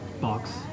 box